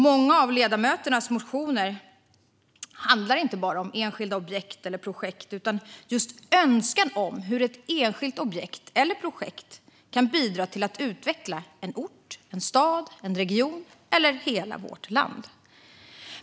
Många av ledamöternas motioner handlar inte bara om enskilda objekt och projekt utan just om önskan om hur ett enskilt objekt eller projekt kan bidra till att utveckla en ort, en stad, en region eller hela vårt land.